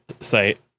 site